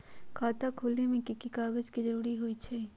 खाता खोले में कि की कागज के जरूरी होई छइ?